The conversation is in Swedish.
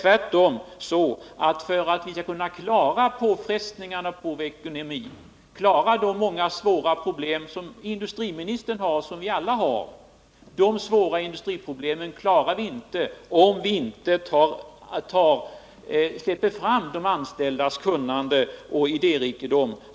Vi kan icke klara påfrestningarna på vår ekonomi och de många svåra industriproblem som industriministern liksom alla vi andra brottas med, om vi inte släpper fram de anställdas kunnande och idérikedom.